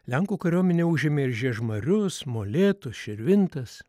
lenkų kariuomenė užėmė ir žiežmarius molėtus širvintas